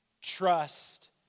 trust